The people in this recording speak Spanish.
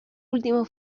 último